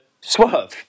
swerve